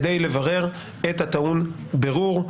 כדי לברר את הטעון בירור."